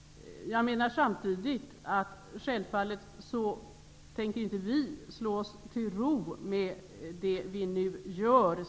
Självfallet tänker vi inte slå oss till ro med det som vi nu gör.